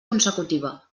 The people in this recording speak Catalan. consecutiva